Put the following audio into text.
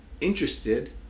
interested